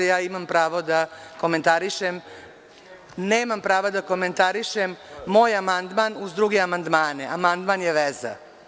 Imam pravo da komentarišem, nemam prava da komentarišem, moj amandman uz druge amandmane, amandman je veza.